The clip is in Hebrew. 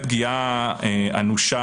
נמצא